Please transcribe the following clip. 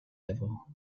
level